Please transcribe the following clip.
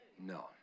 No